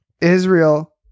Israel